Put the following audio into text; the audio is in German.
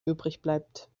übrigbleibt